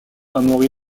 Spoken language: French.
amaury